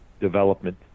development